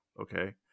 Okay